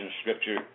scripture